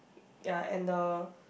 ya and the